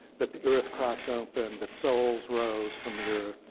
that the earth cracked open, that souls rose from the earth,